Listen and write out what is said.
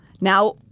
Now—